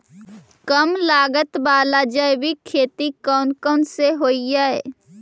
कम लागत वाला जैविक खेती कौन कौन से हईय्य?